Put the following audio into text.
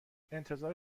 انتظار